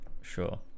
Sure